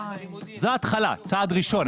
זו התחלה, צעד ראשון.